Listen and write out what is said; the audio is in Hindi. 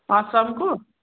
आज शाम को